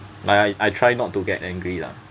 like I I try not to get angry lah